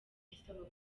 isabukuru